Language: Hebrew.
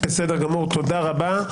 תודה רבה.